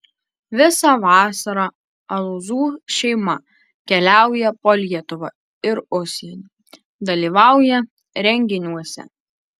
visą vasarą alūzų šeima keliauja po lietuvą ir užsienį dalyvauja renginiuose